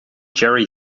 jerry